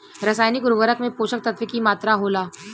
रसायनिक उर्वरक में पोषक तत्व की मात्रा होला?